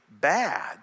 bad